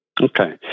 Okay